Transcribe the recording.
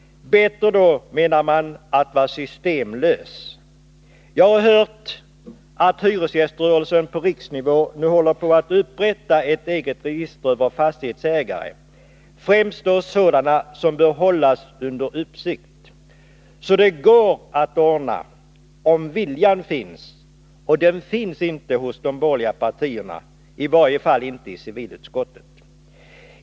Bättre då att vara systemlös, menar man. Jag har hört att hyresgäströrelsen på riksnivå nu håller på att upprätta ett eget register över fastighetsägare — främst då sådana som bör hållas under uppsikt. Så det går att ordna — om viljan finns. Men den finns inte hos de borgerliga partierna, i varje fall inte i civilutskottet.